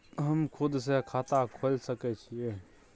हम खुद से खाता खोल सके छीयै?